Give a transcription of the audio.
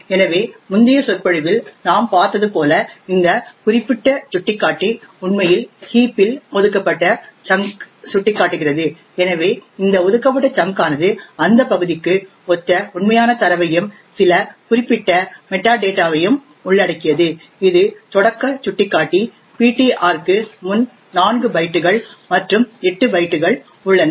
எனவே முந்தைய சொற்பொழிவில் நாம் பார்த்தது போல இந்த குறிப்பிட்ட சுட்டிக்காட்டி உண்மையில் ஹீப் இல் ஒதுக்கப்பட்ட சங்க் சுட்டிக்காட்டுகிறது எனவே இந்த ஒதுக்கப்பட்ட சங்க் ஆனது அந்த பகுதிக்கு ஒத்த உண்மையான தரவையும் சில குறிப்பிட்ட மெட்டாடேட்டாவையும் உள்ளடக்கியது இது தொடக்க சுட்டிக்காட்டி ptr க்கு முன் நான்கு பைட்டுகள் மற்றும் எட்டு பைட்டுகள் உள்ளன